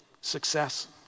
success